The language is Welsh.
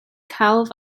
celf